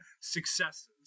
successes